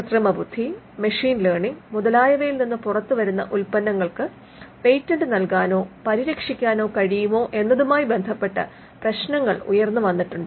കൃത്രിമബുദ്ധി machine learning മുതലായവയിൽ നിന്ന് പുറത്തുവരുന്ന ഉൽപ്പന്നങ്ങൾക്ക് പേറ്റന്റ് നൽകാനോ പരിരക്ഷിക്കാനോ കഴിയുമോ എന്നതുമായി ബന്ധപ്പെട്ട് പ്രശ്നങ്ങൾ ഉയർന്നുവന്നിട്ടുണ്ട്